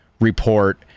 report